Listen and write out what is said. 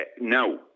No